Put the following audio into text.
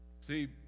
See